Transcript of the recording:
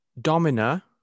Domina